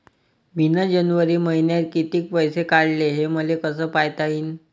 मिन जनवरी मईन्यात कितीक पैसे काढले, हे मले कस पायता येईन?